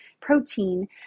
protein